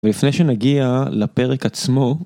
ולפני שנגיע לפרק עצמו.